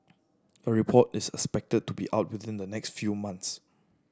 a report is expected to be out within the next few months